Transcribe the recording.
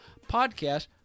podcast